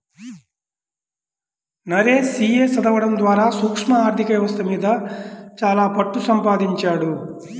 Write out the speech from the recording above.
Naresh CA చదవడం ద్వారా సూక్ష్మ ఆర్ధిక వ్యవస్థ మీద చాలా పట్టుసంపాదించాడు